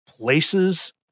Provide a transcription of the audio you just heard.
places